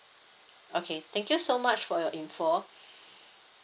okay thank you so much for your information